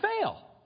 fail